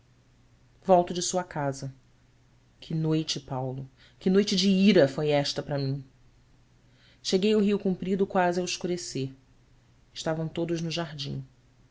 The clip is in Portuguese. volto de sua casa que noite paulo que noite de ira foi esta para mim cheguei ao rio comprido quase ao escurecer estavam todos no jardim